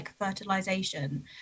fertilization